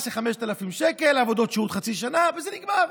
קנס של 5,000 שקל, עבודות שירות חצי שנה וזה נגמר.